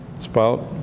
spout